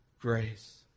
grace